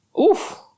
Oof